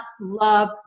love